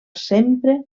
sempre